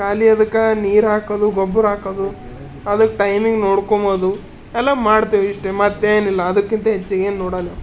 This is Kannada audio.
ಖಾಲಿ ಅದ್ಕೆ ನೀರು ಹಾಕೋದು ಗೊಬ್ಬರ ಹಾಕೊದು ಅದ್ಕೆ ಟೈಮಿಂಗ್ ನೋಡ್ಕೊಳ್ಬೋದು ಎಲ್ಲ ಮಾಡ್ತೀವಿ ಇಷ್ಟೆ ಮತ್ತೇನು ಇಲ್ಲ ಅದಕ್ಕಿಂತ ಹೆಚ್ಚಿಗೆ ಏನೂ ನೋಡಲ್ಲ